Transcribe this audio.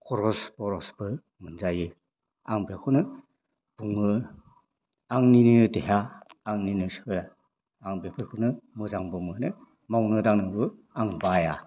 खरस बरसबो मोनजायो आं बेखौनो बुङो आंनिनो देहा आंनिनो सोलेर आं बेफोरखौनो मोजांबो मोनो मावनो दांनोबो आं बाया